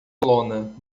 lona